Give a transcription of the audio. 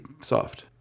soft